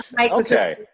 Okay